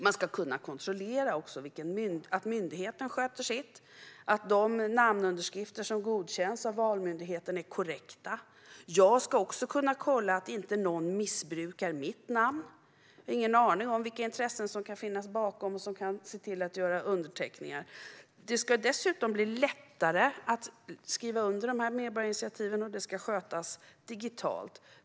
Man ska kunna kontrollera att myndigheten sköter sitt och att de namnunderskrifter som godkänns av valmyndigheten är korrekta. Jag ska också kunna kolla att ingen missbrukar mitt namn. Jag har ingen aning om vilka intressen som kan finnas bakom och som kan se till att underteckningar görs. Det ska dessutom bli lättare att skriva under medborgarinitiativen, och det ska skötas digitalt.